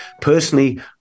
Personally